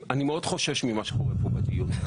אני מאוד חושש ממה שקורה פה בדיון.